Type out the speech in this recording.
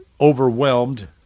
overwhelmed